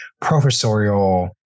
professorial